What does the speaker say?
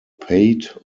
paid